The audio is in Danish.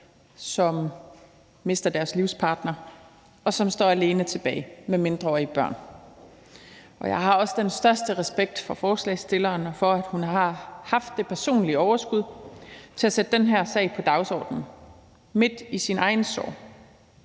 som mister deres livspartner, og som står alene tilbage med mindreårige børn. Jeg har også den største respekt for, at hovedstilleren midt i sin egen sorg har haft det personlige overskud til at sætte den her sag på dagsordenen. Tak til dig,